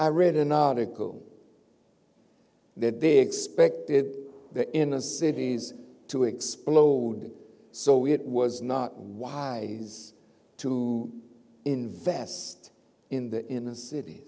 i read an article that they expected the inner cities to explode so we was not wise to invest in the in the cit